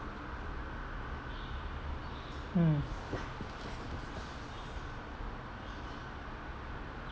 mm